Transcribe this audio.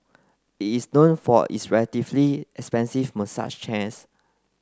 is known for its relatively expensive massage chairs